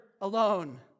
alone